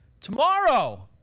tomorrow